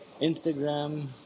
instagram